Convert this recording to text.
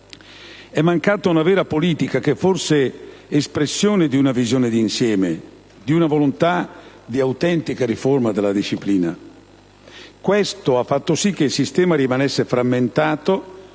È mancata una vera politica che fosse espressione di una visione d'insieme, di una volontà di autentica riforma della disciplina. Questo ha fatto sì che il sistema rimanesse frammentato,